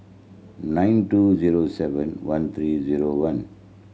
nine two zero seven one three zero one